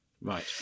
Right